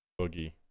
Boogie